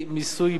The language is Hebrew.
ומי כמוך,